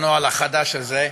על הנוהל החדש הזה,